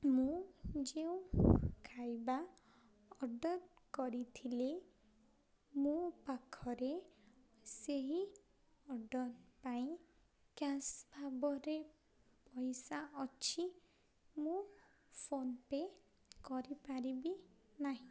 ମୁଁ ଯେଉଁ ଖାଇବା ଅର୍ଡ଼ର୍ କରିଥିଲି ମୋ ପାଖରେ ସେହି ଅର୍ଡ଼ର୍ ପାଇଁ କ୍ୟାଶ୍ ଭାବରେ ପଇସା ଅଛି ମୁଁ ଫୋନ୍ପେ କରିପାରିବି ନାହିଁ